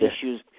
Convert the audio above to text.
issues